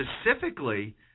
specifically